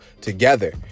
together